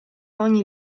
ogni